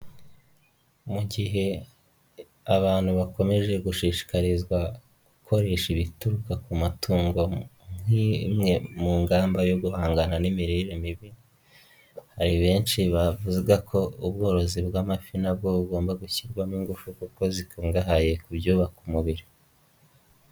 Mu gihe abantu bakomeje gushishikarizwa gukoresha ibituruka ku matungo nk'imwe mu ngamba yo guhangana n'imirire mibi, hari benshi bavuga ko ubworozi bw'amafi nabwo bugomba gushyirwamo ingufu kuko zikungahaye ku byubaka umubiri.